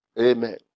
Amen